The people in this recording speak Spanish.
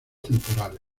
temporales